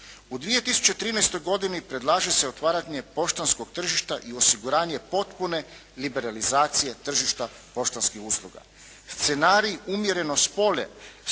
U 2013. godini predlaže se otvaranje poštanskog tržišta i osiguranje potpune liberalizacije tržišta poštanskih usluga.